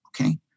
Okay